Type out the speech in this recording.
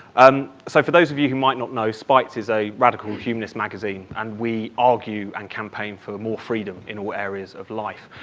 and so for those of you who might not know, spiked is a radical humanist magazine, and we argue and campaign for more freedom in all areas of life.